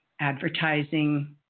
advertising